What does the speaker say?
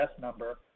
number